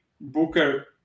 Booker